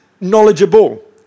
knowledgeable